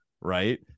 Right